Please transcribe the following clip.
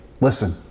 Listen